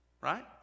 Right